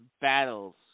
battles